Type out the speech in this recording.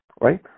right